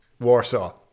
Warsaw